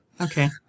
Okay